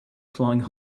flying